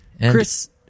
Chris